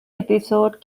episode